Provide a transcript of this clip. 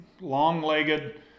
long-legged